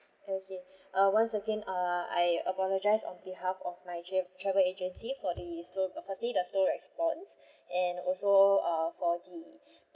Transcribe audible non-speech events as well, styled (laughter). okay uh once again uh I apologize on behalf of my tra~ travel agency for the slow uh firstly the slow response and also uh for the (breath)